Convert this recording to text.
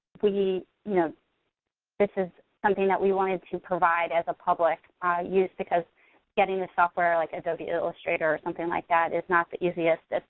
you know this is something that we wanted to provide as a public use, because getting the software like adobe illustrator or something like that is not the easiest,